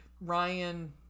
Ryan